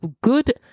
good